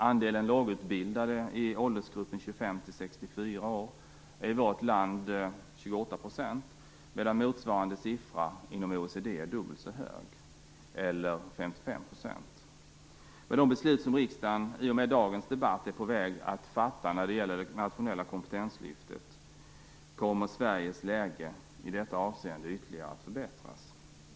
Andelen lågutbildade i åldersgruppen 25-64 år är i vårt land 28 %, medan motsvarande siffra inom OECD är dubbelt så hög, eller 55 %. Med de beslut som riksdagen i och med dagens debatt är på väg att fatta när det gäller det nationella kompetenslyftet kommer Sveriges läge i detta avseende ytterligare att förbättras.